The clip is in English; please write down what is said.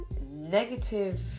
negative